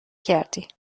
کردی